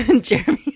Jeremy